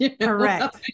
Correct